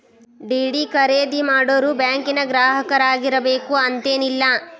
DD ಖರೇದಿ ಮಾಡೋರು ಬ್ಯಾಂಕಿನ್ ಗ್ರಾಹಕರಾಗಿರ್ಬೇಕು ಅಂತೇನಿಲ್ಲ